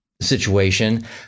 situation